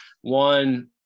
One